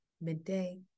midday